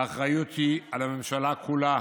האחריות היא על הממשלה כולה.